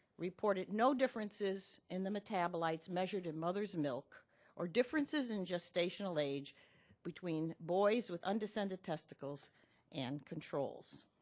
reported no differences in the metabolites measured in mother's milk or differences in gestational age between boys with undescended testicles and controls.